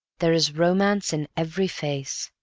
there is romance in every face.